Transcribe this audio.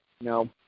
No